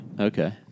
okay